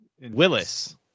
Willis